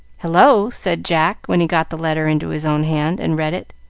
hullo! said jack, when he got the letter into his own hand and read it.